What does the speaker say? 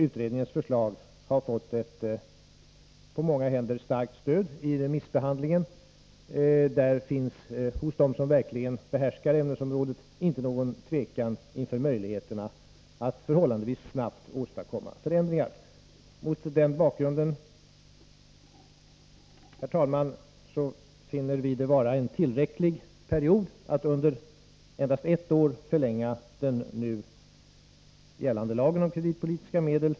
Utredningens förslag har på många håll fått ett starkt stöd i remissbehandlingen. Hos dem som verkligen behärskar ämnesområdet finns det inte något tvivel beträffande möjligheterna att förhållandevis snabbt åstadkomma förändringar. Mot denna bakgrund, herr talman, finner vi det vara en tillräckligt lång period att under endast ett år förlänga den nu gällande lagen om kreditpolitiska medel.